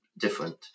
different